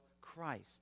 Christ